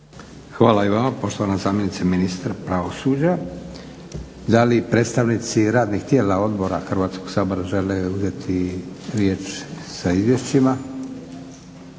Hvala i vama poštovana zamjenice ministra pravosuđa. Da li predstavnici radnih tijela odbora Hrvatskog sabora žele uzeti riječ sa izvješćima?